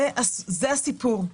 זה הסיפור.